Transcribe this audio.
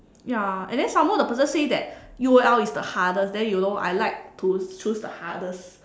ya and then some more the person say that U_O_L is the hardest then you know I like to choose the hardest